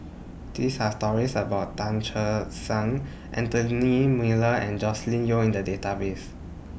These Are stories about Tan Che Sang Anthony Miller and Joscelin Yeo in The Database